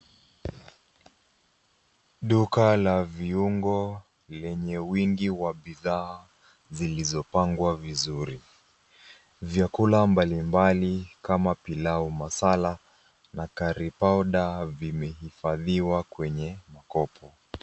Duka la viungo lenye wingi wa bidhaa zilizopangwa vizuri. Vyakula mbalimbali kama pilau masala na curry powder vimehifadhiwa kwenye mkopo.